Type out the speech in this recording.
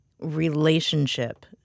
relationship